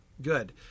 Good